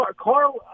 Carl